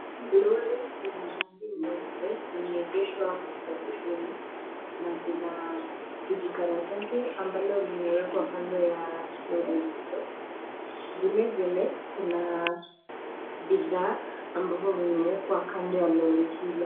Lori la rangi nyeupe limeegeshwa katika sehemu na lina kijikaratasi ambalo limewekwa kando ya lori hilo. Vile vile kuna bidhaa ambavyo vimewekwa kando ya lori hiyo.